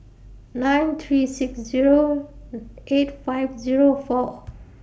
nine three six Zero eight five Zero four